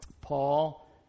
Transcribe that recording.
Paul